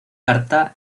carta